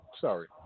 sorry